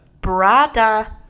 Brada